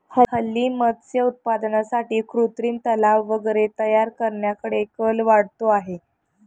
हल्ली मत्स्य उत्पादनासाठी कृत्रिम तलाव वगैरे तयार करण्याकडे कल वाढतो आहे